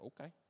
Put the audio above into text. Okay